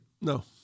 No